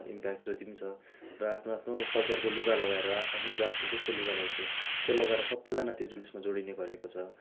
impact जति पनि छ र आफ्नो आफ्नो कल्चरको लुगा लगाएर आफ्नो आफ्नो जातको कस्तो लुगा लाउँथ्यो त्यो लगाएर सबैजना त्यो जुलुसमा जोडिने गरेको छ